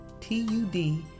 T-U-D